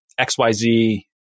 XYZ